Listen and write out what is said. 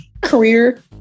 career